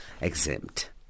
exempt